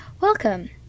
Welcome